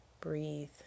breathe